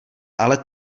ale